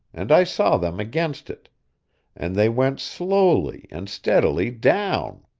and i saw them against it and they went slowly and steadily down.